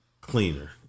cleaner